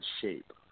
shape